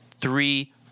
three